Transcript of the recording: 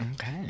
Okay